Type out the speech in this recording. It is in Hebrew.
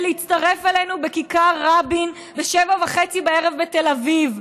ולהצטרף אלינו בכיכר רבין ב-19:30 בתל אביב,